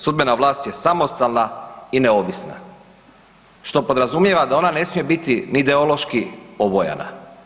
Sudbena vlast je samostalna i neovisna.“ Što podrazumijeva da ona ne smije biti ni ideološki obojena.